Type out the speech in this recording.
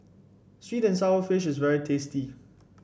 sweet and sour fish is very tasty